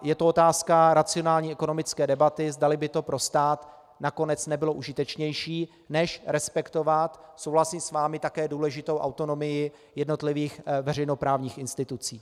Je to otázka racionální ekonomické debaty, zdali by to pro stát nakonec nebylo užitečnější než respektovat, souhlasím s vámi, také důležitou autonomii jednotlivých veřejnoprávních institucí.